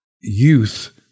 youth